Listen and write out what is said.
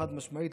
חד-משמעית,